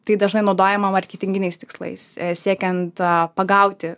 tai dažnai naudojama marketinginiais tikslais siekiant pagauti